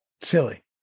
Silly